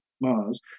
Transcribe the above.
Mars